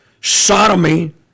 sodomy